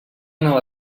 nova